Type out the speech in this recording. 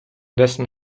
dessen